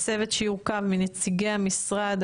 הצוות שיוקם מנציגי המשרד,